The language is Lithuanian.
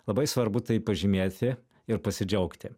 labai svarbu tai pažymėti ir pasidžiaugti